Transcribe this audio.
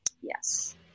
Yes